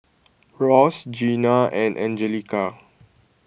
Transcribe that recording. Ross Gina and Angelica